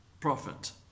prophet